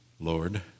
Lord